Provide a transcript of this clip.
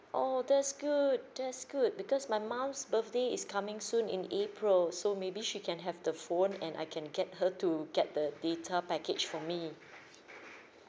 orh that's good that's good because my mum's birthday is coming soon in april so maybe she can have the phone and I can get her to get the data package for me